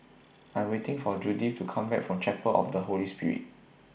I'm waiting For Judyth to Come Back from Chapel of The Holy Spirit